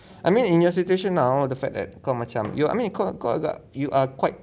I mean in your situation now of the fact that kau macam you I mean you kau kau agak you are quite